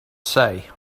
say